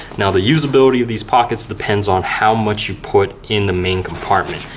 now, the usability of these pockets depends on how much you put in the main compartment.